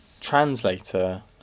translator